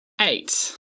Eight